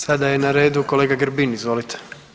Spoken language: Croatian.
Sada je na redu kolega Grbin, izvolite.